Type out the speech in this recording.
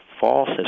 false